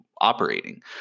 operating